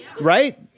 right